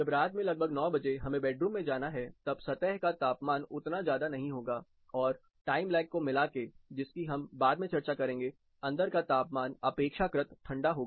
जब रात में लगभग 900 बजे हमें बेडरूम में जाना है तब सतह का तापमान उतना ज्यादा नहीं होगा और टाइम लैग को मिला के जिसकी हम बाद में चर्चा करेंगे अंदर का तापमान अपेक्षाकृत ठंडा होगा